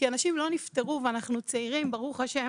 כי אנשים לא נפטרו ואנחנו צעירים ברוך ה',